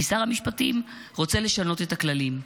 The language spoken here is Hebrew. כי שר המשפטים רוצה לשנות את הכללים.